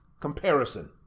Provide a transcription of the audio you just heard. comparison